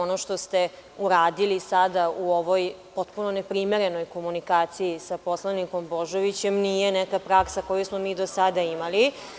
Ono što ste uradili sada u potpuno neprimerenoj komunikaciji sa poslanikom Božovićem, nije neka praksa koju smo mi do sada imali.